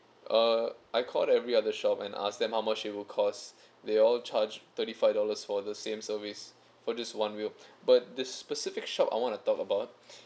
err I called every other shop and ask them how much it would cost they all charge thirty five dollars for the same service for this one wheel but the specific shop I wanna talk about